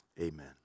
amen